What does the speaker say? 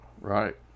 Right